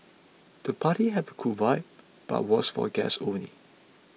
the party had a cool vibe but was for guests only